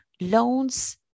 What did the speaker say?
loans